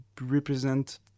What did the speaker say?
represent